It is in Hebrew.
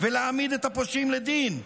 ולהעמיד את הפושעים לדין.